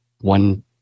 one